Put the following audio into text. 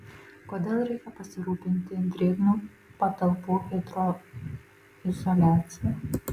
kodėl reikia pasirūpinti drėgnų patalpų hidroizoliacija